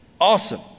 awesome